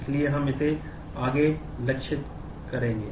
इसलिए हम इसे आगे लक्षित करेंगे